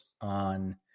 on